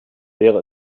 wäre